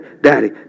Daddy